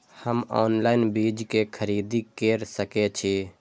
हम ऑनलाइन बीज के खरीदी केर सके छी?